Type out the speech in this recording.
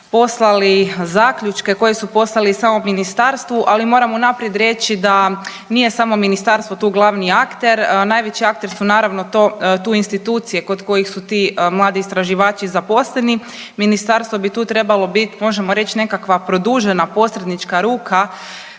poslali zaključke koje su poslali samo ministarstvu, ali moram unaprijed reći da nije samo Ministarstvo tu glavni akter, najveći akter su naravno to, tu institucije kod kojih su ti mladi istraživači zaposleni, Ministarstvo bi tu trebalo bit, možemo reći, nekakva produžena posrednička ruka